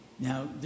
Now